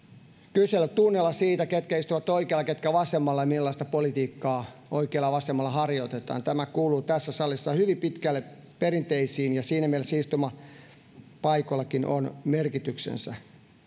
kyselytunnilla siitä ketkä istuvat oikealla ja ketkä vasemmalla ja millaista politiikkaa oikealla ja vasemmalla harjoitetaan tämä kuuluu tässä salissa hyvin pitkälle perinteisiin ja siinä mielessä istumapaikoillakin on merkityksensä